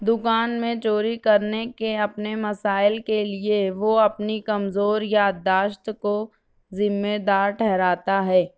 دکان میں چوری کرنے کے اپنے مسائل کے لیے وہ اپنی کمزور یادداشت کو ذمہ دار ٹھہراتا ہے